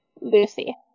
Lucy